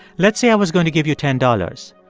let's say i was going to give you ten dollars.